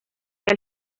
que